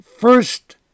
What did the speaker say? first